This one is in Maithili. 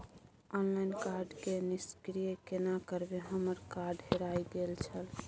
ऑनलाइन कार्ड के निष्क्रिय केना करबै हमर कार्ड हेराय गेल छल?